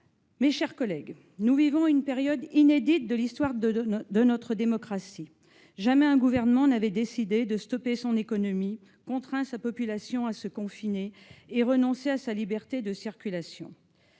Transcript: mes chers collègues, nous vivons une période inédite de l'histoire de notre démocratie. Jamais un gouvernement n'avait décidé de stopper son économie et contraint sa population à se confiner et à renoncer à sa liberté de circulation.